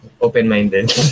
open-minded